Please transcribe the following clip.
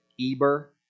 Eber